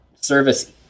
service